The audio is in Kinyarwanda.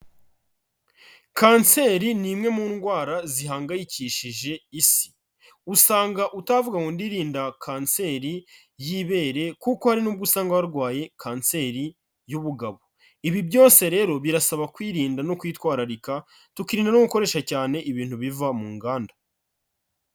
Kanseri ni imwe mu ndwara zihangayikishije isi, usanga utavuga ngo ndirinda kanseri y'ibere kuko hari nubwo usanga warwaye kanseri y'ubugabo, ibi byose rero birasaba kwirinda no kwitwararika, tukirinda no gukoresha cyane ibintu biva mu nganda.